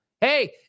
Hey